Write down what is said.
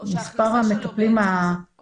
או